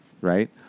Right